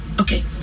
okay